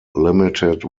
limited